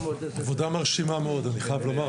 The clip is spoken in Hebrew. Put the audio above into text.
עבודה מרשימה מאוד, אני חייב לומר.